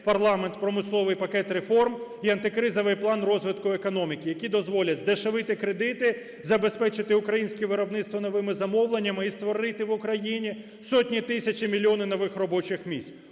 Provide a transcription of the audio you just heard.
парламент "Промисловий пакет реформ" і "Антикризовий план розвитку економіки", які дозволять здешевити кредити, забезпечити українське виробництво новими замовленнями і створити в Україні сотні тисяч і мільйони нових робочих місць.